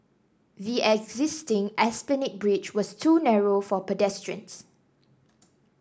the existing Esplanade Bridge was too narrow for pedestrians